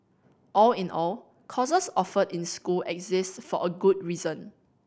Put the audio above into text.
all in all courses offered in school exist for a good reason